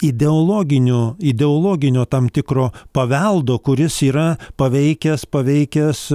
ideologinio ideologinio tam tikro paveldo kuris yra paveikęs paveikęs